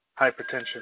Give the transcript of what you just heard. hypertension